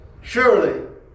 surely